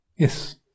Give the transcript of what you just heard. Yes